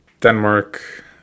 Denmark